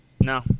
No